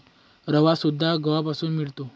रवासुद्धा गव्हापासून मिळतो